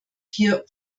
hier